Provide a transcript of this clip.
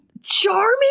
charming